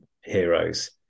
heroes